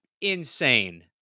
insane